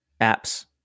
apps